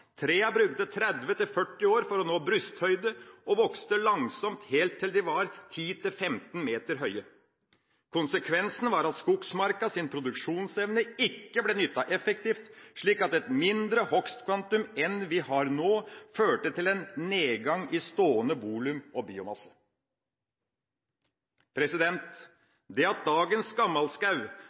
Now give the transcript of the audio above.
brukte 30–40 år for å nå brysthøyde og vokste langsomt helt til de var 10–15 meter høye. Konsekvensen var at skogsmarkas produksjonsevne ikke ble nyttet effektivt, slik at et mindre hogstkvantum enn vi har nå, førte til en nedgang i stående